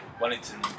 Wellington